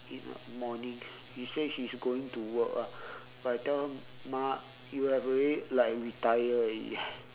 in the morning she said she's going to work ah but I tell her ma you have already like retire already eh